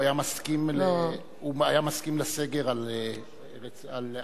הוא היה מסכים לסגר על עזה?